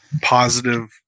positive